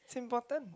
it's important